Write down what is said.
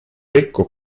becco